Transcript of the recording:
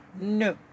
No